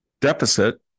deficit